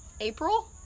April